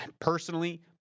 personally